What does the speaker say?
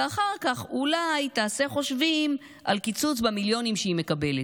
ואחר כך אולי היא תעשה חושבים על קיצוץ במיליונים שהיא מקבלת.